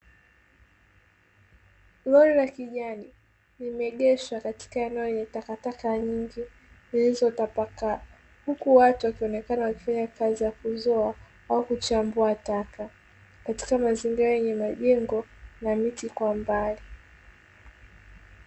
Lori la kijani limeegeshwa katika eneo lenye takataka nje, zilizotapakaa, huku watu wakionekana wakifanya kazi ya kuzoa au kuchambua taka, katika mazingira yenye majengo na miti kwa mbali.